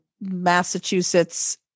Massachusetts